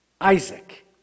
Isaac